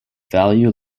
value